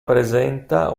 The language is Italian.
presenta